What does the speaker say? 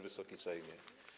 Wysoki Sejmie!